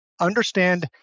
understand